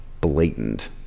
blatant